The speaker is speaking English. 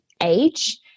age